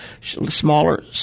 smaller